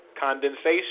condensation